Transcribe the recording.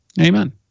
Amen